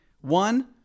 one